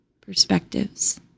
perspectives